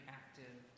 active